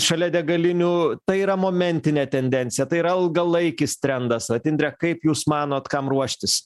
šalia degalinių tai yra momentinė tendencija tai yra ilgalaikis trendas vat indre kaip jūs manot kam ruoštis